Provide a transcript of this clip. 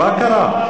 מה קרה?